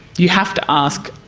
you have to ask,